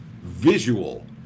visual